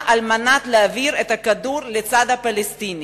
על מנת להעביר את הכדור לצד הפלסטיני.